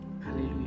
hallelujah